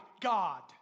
God